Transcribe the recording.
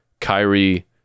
Kyrie